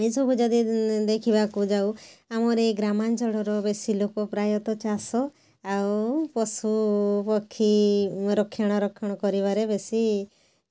ଏଇସବୁ ଯଦି ଦେଖିବାକୁ ଯାଉ ଆମର ଏଇ ଗ୍ରାମାଞ୍ଚଳର ବେଶୀ ଲୋକ ପ୍ରାୟତ ଚାଷ ଆଉ ପଶୁ ପକ୍ଷୀ ରକ୍ଷଣା ରକ୍ଷଣ କରିବାରେ ବେଶୀ